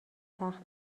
تخت